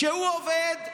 כשהוא עובד,